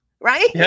right